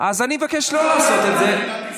אני אומר את האמת.